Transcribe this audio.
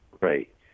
Right